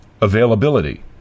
availability